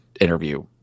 interview